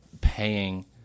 paying